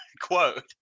quote